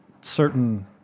Certain